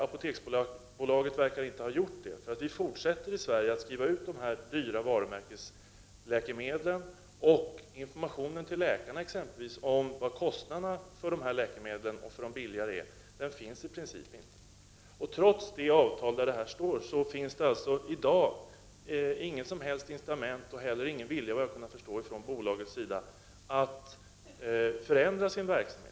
Apoteksbolaget verkar inte ha gjort det, 35 för i Sverige fortsätter man att skriva ut de dyra varumärkesläkemedlen, och någon information till läkarna om vilka kostnaderna är för dessa läkemedel och för de billigare finns i princip inte. Trots detta avtal finns det i dag inga som helst incitament och heller ingen vilja från bolagets sida vad jag har kunnat förstå att förändra sin verksamhet.